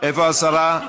איפה השרה?